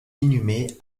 inhumée